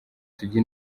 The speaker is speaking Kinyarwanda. tujye